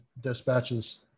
dispatches